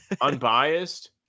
Unbiased